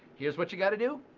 here's what you've got to do,